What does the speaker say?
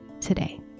today